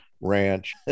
ranch